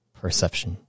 perception